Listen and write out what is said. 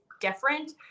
different